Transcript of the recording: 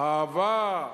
האהבה,